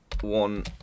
one